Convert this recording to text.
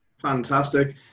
Fantastic